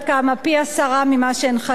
פי-עשרה ממה שהן חייבות.